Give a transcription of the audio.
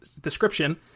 description